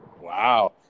Wow